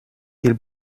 qu’il